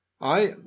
I